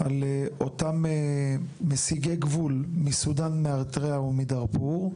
על אותם מסיגי גבול מסודן, מאריתריאה, או מדרפור,